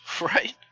Right